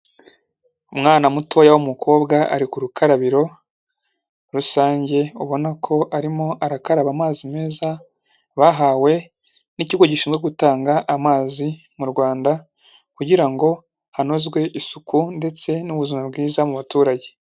Umwana mutoya w'umukobwa, ari ku rukarabiro rusange, ubona ko arimo arakaraba amazi meza bahawe n'ikigo gishinzwe gutanga amazi mu Rwanda, kugira ngo hanozwe isuku ndetse n'ubuzima bwiza mu baturage.